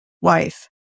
wife